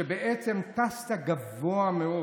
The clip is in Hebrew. כשבעצם טסת גבוה מאוד.